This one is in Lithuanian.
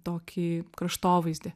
tokį kraštovaizdį